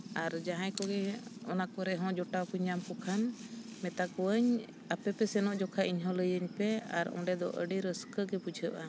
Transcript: ᱟᱨ ᱡᱟᱦᱟᱸᱭ ᱠᱚᱜᱮ ᱚᱱᱟ ᱠᱚᱨᱮ ᱦᱚᱸ ᱡᱚᱴᱟᱣ ᱠᱚ ᱧᱟᱢ ᱠᱚ ᱠᱷᱟᱱ ᱢᱮᱛᱟ ᱠᱚᱣᱟᱧ ᱟᱯᱮ ᱯᱮ ᱥᱮᱱᱚᱜ ᱡᱚᱠᱷᱚᱡ ᱤᱧ ᱦᱚᱸ ᱞᱟᱹᱭᱟᱹᱧ ᱯᱮ ᱟᱨ ᱚᱸᱰᱮ ᱫᱚ ᱟᱹᱰᱤ ᱨᱟᱹᱥᱠᱟᱹ ᱜᱮ ᱵᱩᱡᱷᱟᱹᱜᱼᱟ